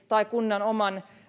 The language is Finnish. tai kunnan oman